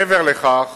מעבר לכך